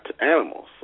animals